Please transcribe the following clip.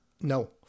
No